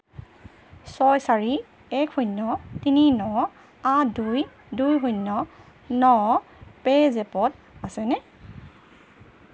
ছয় চাৰি এক শূন্য তিনি ন আঠ দুই দুই শূন্য ন পে'জেপত আছেনে